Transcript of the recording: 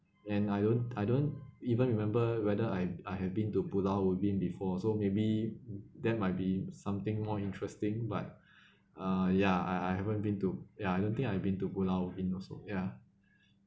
and I don't I don't even remember whether I'm I have been to pulau ubin before so maybe that might be something more interesting but uh yeah I I haven't been to ya I don't think I been to pulau ubin also ya